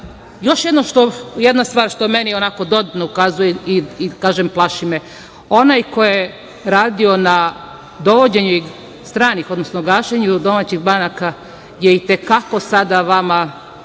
još jedna stvar što meni onako dodatno ukazuje i kažem plaši me onaj koji je radio na dovođenju stranih odnosno gašenju domaćih banaka je i te kako sada vama